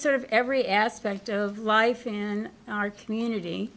sort of every aspect of life in our community